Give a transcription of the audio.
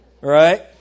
Right